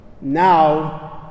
Now